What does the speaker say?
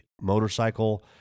motorcycle